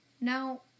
Now